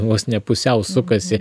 vos ne pusiau sukasi